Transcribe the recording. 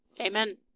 Amen